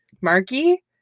Marky